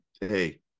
hey